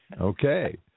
Okay